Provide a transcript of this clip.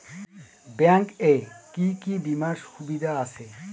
Bank এ কি কী বীমার সুবিধা আছে?